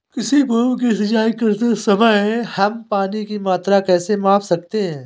किसी भूमि की सिंचाई करते समय हम पानी की मात्रा कैसे माप सकते हैं?